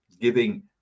giving